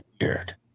weird